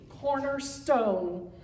cornerstone